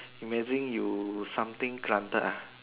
imagine you something granted ah